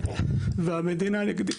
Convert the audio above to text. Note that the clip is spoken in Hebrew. והמדינה נגדי.